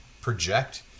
project